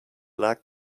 luck